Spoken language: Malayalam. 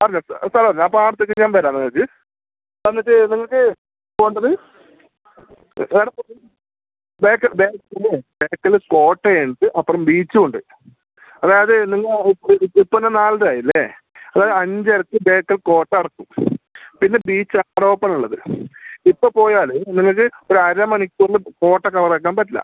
പറഞ്ഞോ സ്ഥലം പറഞ്ഞോ അപ്പോൾ അവിടുത്തേക്ക് ഞാൻ വരാം നിങ്ങൾക്ക് വന്നിട്ട് നിങ്ങൾക്ക് പോകേണ്ടത് എവിടെ പോകണ്ടത് ബേക്കൽ ബേക്കൽ കോട്ട ഉണ്ട് അപ്പുറം ബീച്ചും ഉണ്ട് അതായത് നിങ്ങൾ ഇപ്പോൾ എന്നാൽ നാലര ആയില്ലേ അതായത് അഞ്ചരക്ക് ബേക്കൽ കോട്ട അടക്കും പിന്നെ ബീച്ചാണ് ഓപ്പൺ ഉള്ളത് ഇപ്പോൾ പോയാൽ നിങ്ങൾക്ക് ഒരു അര മണിക്കൂറിൽ കോട്ട കവറാക്കാൻ പറ്റില്ല